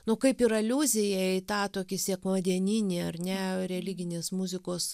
nu kaip ir aliuzija į tą tokį sekmadieninį ar ne religinės muzikos